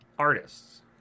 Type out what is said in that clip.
artists